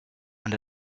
and